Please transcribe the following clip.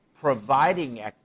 providing